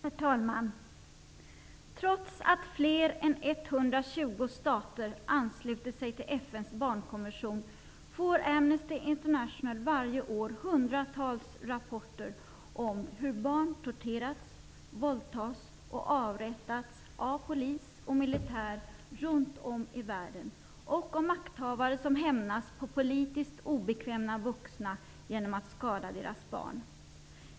Herr talman! Trots att fler än 120 stater anslutit sig till FN:s barnkonvention får Amnesty international varje år hundratals rapporter om hur barn torterats, våldtagits och avrättats av polis och militär runtom i världen och om makthavare som hämnats på politiskt obekväma vuxna genom att skada deras barn.